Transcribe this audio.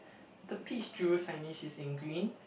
the peach juice signage is in green